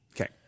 Okay